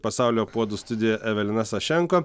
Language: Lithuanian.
pasaulio puodų studijoje evelina sašenko